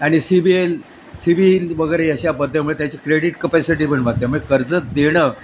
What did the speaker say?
आणि C B L CIBIL वगैरे अशा त्याची क्रेडिट कपॅसिटी पण माध्यमे कर्ज देणं